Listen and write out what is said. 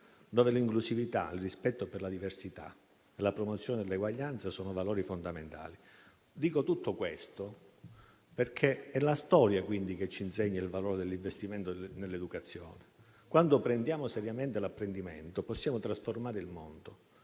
dove l'inclusività, il rispetto per la diversità e la promozione dell'eguaglianza sono valori fondamentali. Dico tutto questo perché è la storia, quindi, che ci insegna il valore dell'investimento nell'educazione. Quando prendiamo seriamente l'apprendimento, possiamo trasformare il mondo